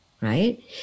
right